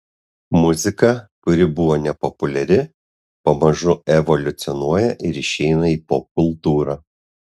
muzika kuri buvo nepopuliari pamažu evoliucionuoja ir išeina į popkultūrą